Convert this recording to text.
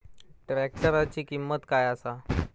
ट्रॅक्टराची किंमत काय आसा?